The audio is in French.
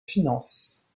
finance